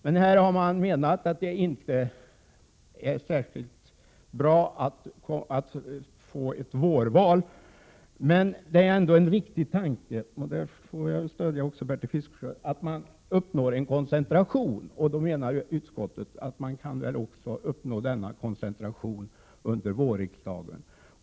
Här har man emellertid menat att det inte är särskilt bra att få ett vårval. Det är ändå en riktig tanke — och där får jag stödja också Bertil Fiskesjö — att man uppnår en koncentration. Utskottet menar att man kan uppnå denna koncentration också under vårriksdagen.